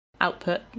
output